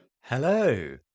Hello